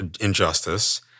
injustice